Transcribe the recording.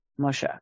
Moshe